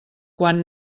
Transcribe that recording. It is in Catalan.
quan